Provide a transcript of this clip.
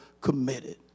committed